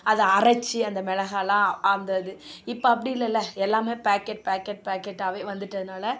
அதை அரைத்து அந்த மிளகாலாம் அந்த இது இப்போ அப்படி இல்லைல்ல எல்லாம் பேக்கெட் பேக்கெட் பேக்கெட்டாகவே வந்துவிட்டதனால